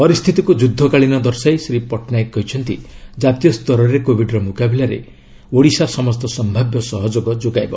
ପରିସ୍ଥିତିକୁ ଯୁଦ୍ଧକାଳୀନ ଦର୍ଶାଇ ଶ୍ରୀ ପଟ୍ଟନାୟକ କହିଛନ୍ତି ଜାତୀୟ ସ୍ତରରେ କୋବିଡ୍ର ମୁକାବିଲାରେ ଓଡ଼ିଶା ସମସ୍ତ ସମ୍ଭାବ୍ୟ ସହଯୋଗ ଯୋଗାଇବ